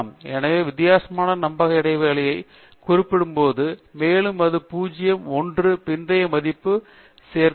எனவே வித்தியாசத்திற்கான நம்பக இடைவெளியை இங்கே குறிப்பிடப்பட்டுள்ளது மேலும் அது 0 1 பிந்தைய மதிப்பை சேர்க்காது